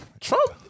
Trump